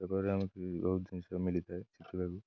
ପେପରରେ ଆମକୁ ବହୁତ ଜିନିଷ ମିଳିଥାଏ ଶିଖିବାକୁ